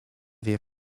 wie